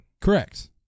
Correct